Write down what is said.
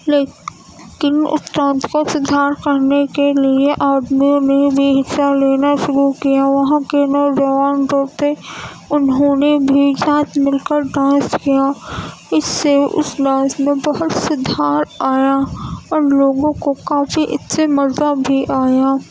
لیکن اس ڈانس کو سدھار کرنے کے لیے آدمیوں نے بھی حصہ لینا شروع کیا وہاں کے لوگ عوام لوگ تھے انہوں نے بھی ساتھ مل کر ڈانس کیا اس سے اس ناچ میں بہت سدھار آیا اور لوگوں کو کافی اس سے مزہ بھی آیا